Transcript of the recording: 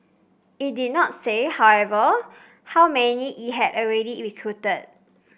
it did not say however how many it had already recruited